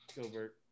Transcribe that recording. Gilbert